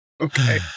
Okay